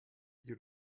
you